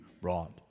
brought